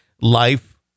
life